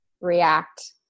react